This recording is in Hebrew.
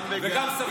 גם וגם.